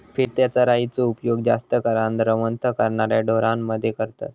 फिरत्या चराइचो उपयोग जास्त करान रवंथ करणाऱ्या ढोरांमध्ये करतत